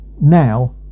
now